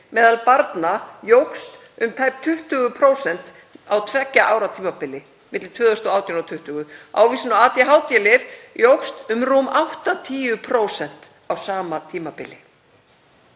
meðal barna jókst um tæp 20% á tveggja ára tímabili, milli 2018 og 2020. Ávísun á ADHD-lyf jókst um rúm 80% á sama tímabili.